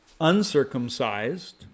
uncircumcised